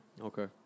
Okay